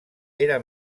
era